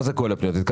לגבי זה היא שאלה.